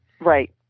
Right